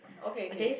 okay okay